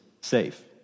safe